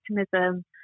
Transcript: optimism